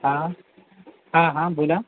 हा हा हा बोला